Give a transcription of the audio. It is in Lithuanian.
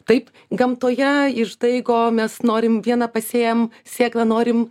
taip gamtoje ir štai ko mes norim vieną pasėjam sėklą norim